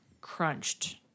crunched